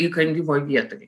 įkandimo vietoj